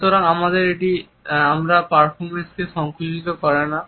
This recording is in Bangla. সুতরাং এটি শুধুমাত্র আমার পারফরম্যান্সকে সংকুচিত করে না